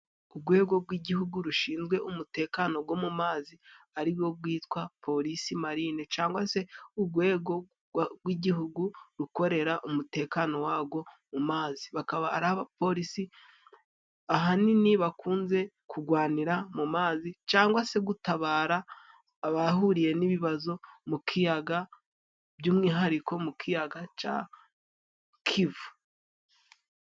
Urwego rw'igihugu rushinzwe umutekano go mu mazi arirwo rwitwa polisi, marine cyangwa se urwego rw'igihugu rukorera umutekano warwo mu mazi, bakaba ari abapolisi ahanini bakunze kurwanira mu mazi cyangwa se gutabara abahuriye n'ibibazo mu kiyaga, by'umwihariko mu kiyaga ca kivu.